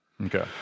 Okay